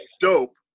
dope